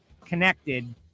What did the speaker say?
connected